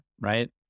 right